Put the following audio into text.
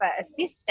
assistance